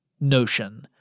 notion